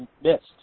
missed